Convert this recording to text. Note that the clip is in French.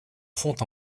fond